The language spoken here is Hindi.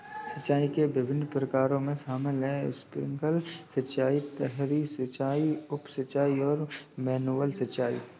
सिंचाई के विभिन्न प्रकारों में शामिल है स्प्रिंकलर सिंचाई, सतही सिंचाई, उप सिंचाई और मैनुअल सिंचाई